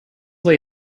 lay